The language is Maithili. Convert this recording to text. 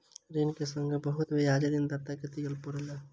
ऋण के संगै बहुत ब्याज ऋणदाता के दिअ पड़लैन